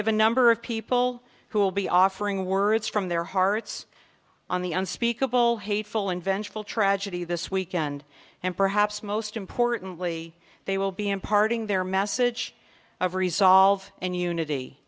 have a number of people who will be offering words from their hearts on the unspeakable hateful and vengeful tragedy this weekend and perhaps most importantly they will be imparting their message of resolve and unity